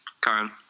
Karen